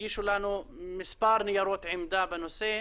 הגישו לנו מספר ניירות עמדה בנושא.